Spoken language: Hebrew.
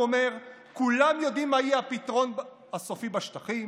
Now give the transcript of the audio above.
הוא אומר: "כולם יודעים מה יהיה הפתרון הסופי בשטחים.